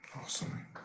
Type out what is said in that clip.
awesome